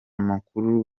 makuru